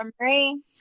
Marie